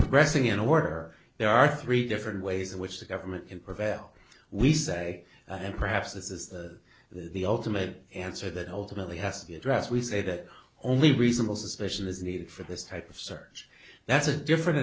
progressing in order there are three different ways in which the government can prevail we say and perhaps this is the the ultimate answer that ultimately has to be addressed we say that only reasonable suspicion is needed for this type of search that's a different